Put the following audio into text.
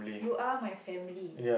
you are my family